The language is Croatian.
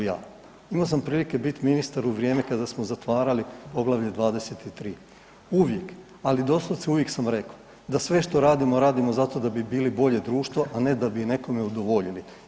Imao sam prilike biti ministar u vrijeme kada smo zatvarali Poglavlje 23. uvijek, ali doslovce uvijek sam rekao da sve što radimo, radimo zato da bi bili bolje društvo, a ne da bi nekome udovoljili.